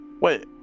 Wait